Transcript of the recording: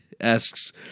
asks